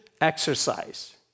exercise